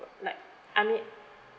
[what] like I mean